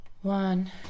One